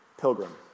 Pilgrim